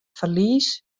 ferlies